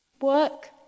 Work